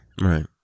Right